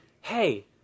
Hey